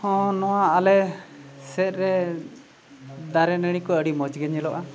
ᱦᱚᱸ ᱱᱚᱣᱟ ᱟᱞᱮ ᱥᱮᱫ ᱨᱮ ᱫᱟᱨᱮ ᱱᱟᱹᱲᱤ ᱠᱚ ᱟᱹᱰᱤ ᱢᱚᱡᱽᱜᱮ ᱧᱮᱞᱚᱜᱼᱟ